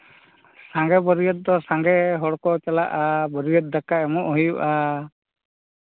ᱥᱟᱸᱜᱮ ᱵᱟᱹᱨᱭᱟᱹᱛ ᱫᱚ ᱥᱟᱸᱜᱮ ᱦᱚᱲ ᱠᱚ ᱪᱟᱞᱟᱜᱼᱟ ᱵᱟᱹᱨᱭᱟᱹᱛ ᱫᱟᱠᱟ ᱮᱢᱚᱜ ᱦᱩᱭᱩᱜᱼᱟ